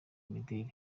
imideri